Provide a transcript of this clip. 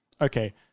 Okay